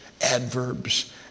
adverbs